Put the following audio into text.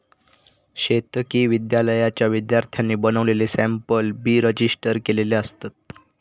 शेतकी विद्यालयाच्या विद्यार्थ्यांनी बनवलेले सॅम्पल बी रजिस्टर केलेले असतत